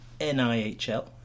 NIHL